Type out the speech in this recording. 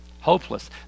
Hopeless